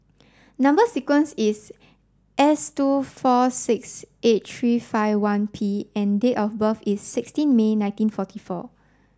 number sequence is S two four six eight three five one P and date of birth is sixteen May nineteen forty four